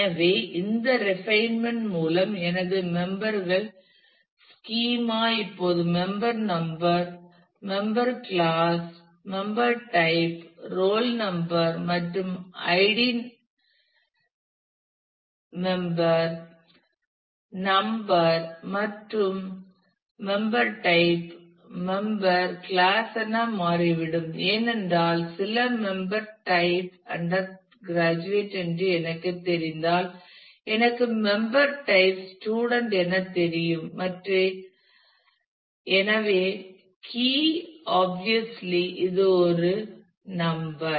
எனவே இந்த ரிபைன்மென்ட் மூலம் எனது மெம்பர் கள் ஸ்கீமா இப்போது member number →member class member type roll number மற்றும் ஐடி மெம்பர் நம்பர் மற்றும் மெம்பர் டைப் → மெம்பர் கிளாஸ் என மாறிவிடும் ஏனென்றால் சில மெம்பர் டைப் அண்டர் கிராஜுவேட் என்று எனக்குத் தெரிந்தால் எனக்கு மெம்பர் டைப் ஸ்டூடண்ட் என தெரியும் மற்றும் எனவே கீ ஆப்வியஸ்லி இது ஒரு நம்பர்